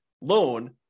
loan